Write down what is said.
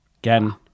Again